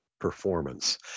performance